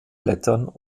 blättern